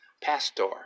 Pastor